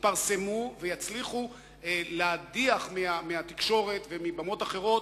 יתפרסמו ויצליחו להדיח מהתקשורת ומבמות אחרות